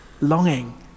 Longing